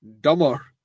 dumber